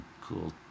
cool